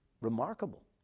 remarkable